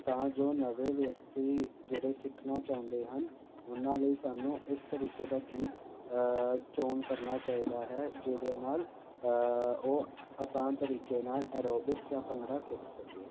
ਤਾਂ ਜੋ ਨਵੇਂ ਵਿਅਕਤੀ ਜਿਹੜੇ ਸਿੱਖਣਾ ਚਾਹੁੰਦੇ ਹਨ ਉਹਨਾਂ ਲਈ ਸਾਨੂੰ ਇਸ ਤਰੀਕੇ ਦਾ ਗੀਤ ਚੋਣ ਕਰਨਾ ਚਾਹੀਦਾ ਹੈ ਜਿਹਦੇ ਨਾਲ ਉਹ ਆਸਾਨ ਤਰੀਕੇ ਨਾਲ ਐਰੋਬਿਕਸ ਜਾਂ ਭੰਗੜਾ ਸਿੱਖ ਸਕੇ